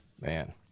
Man